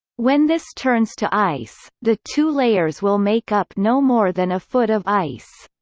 when this turns to ice, the two layers will make up no more than a foot of ice.